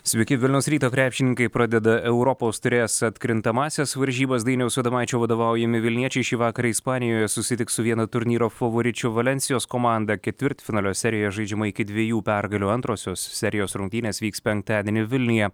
sveiki vilniaus ryto krepšininkai pradeda europos taurės atkrintamąsias varžybas dainiaus adomaičio vadovaujami vilniečiai šį vakarą ispanijoje susitiks su viena turnyro favoričių valensijos komanda ketvirtfinalio serijoje žaidžiama iki dviejų pergalių antrosios serijos rungtynės vyks penktadienį vilniuje